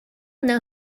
know